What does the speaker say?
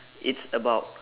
it's about